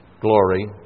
glory